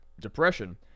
depression